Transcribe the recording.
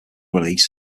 release